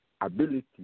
ability